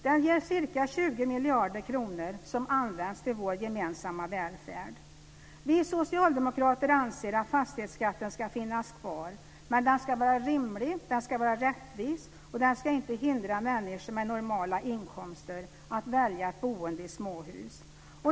Den ger ca 20 miljarder kronor som används till vår gemensamma välfärd. Vi socialdemokrater anser att fastighetsskatten ska finnas kvar, men den ska vara rimlig och rättvis och inte hindra människor med normala inkomster att välja ett boende i småhus.